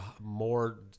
more